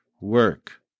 work